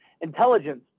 intelligence